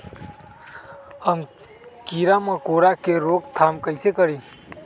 हम किरा मकोरा के रोक थाम कईसे करी?